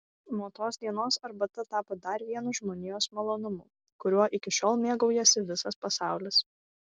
nuo tos dienos arbata tapo dar vienu žmonijos malonumu kuriuo iki šiol mėgaujasi visas pasaulis